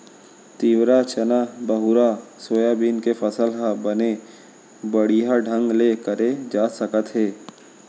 तिंवरा, चना, बहुरा, सोयाबीन के फसल ह बने बड़िहा ढंग ले करे जा सकत हे